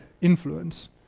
influence